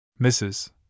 Mrs